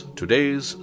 today's